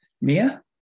Mia